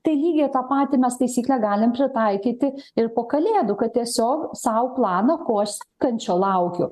tai lygiai tą patį mes taisyklę galim pritaikyti ir po kalėdų kad tiesiog sau planą ko aš sekančio laukiu